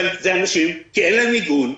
אבל אלה אנשים שאין להם מיגון,